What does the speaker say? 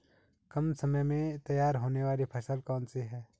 कम समय में तैयार होने वाली फसल कौन सी है?